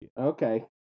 Okay